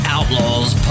Outlaws